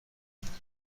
تشویق